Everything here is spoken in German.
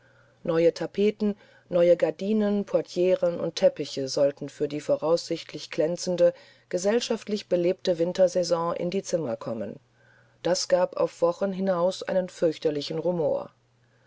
neue tapeten neue gardinen portieren und teppiche sollten für die voraussichtlich glänzende gesellschaftlich belebte wintersaison in die zimmer kommen das gab auf wochen hinaus einen fürchterlichen rumor